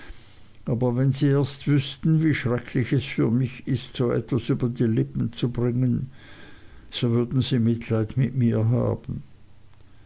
aber wenn sie erst wüßten wie schrecklich es für mich ist so etwas über die lippen zu bringen so würden sie mitleid mit mir haben